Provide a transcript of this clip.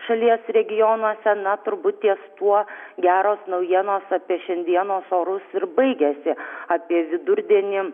šalies regionuose na turbūt ties tuo geros naujienos apie šiandienos orus ir baigiasi apie vidurdienį